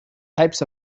types